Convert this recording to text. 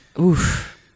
oof